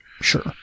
Sure